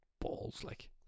balls-like